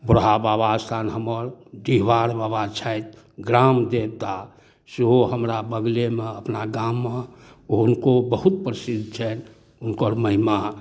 बुढ़हा बाबा अस्थान हमर डिहबार बाबा छथि ग्रामदेवता सेहो हमरा बगलेमे अपना गाममे हुनको बहुत प्रसिद्ध छनि हुनकर महिमा